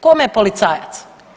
Kome je policajac?